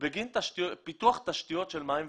בגין פיתוח תשתיות של מים וביוב.